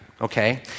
okay